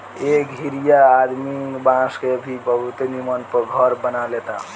एह घरीया आदमी बांस के भी बहुते निमन घर बना लेता